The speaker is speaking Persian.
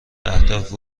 اهداف